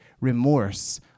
remorse